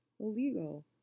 illegal